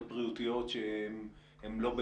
כך שאין ספק שהייתה התקדמות,